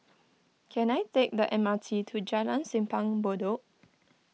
can I take the M R T to Jalan Simpang Bedok